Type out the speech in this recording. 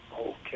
Okay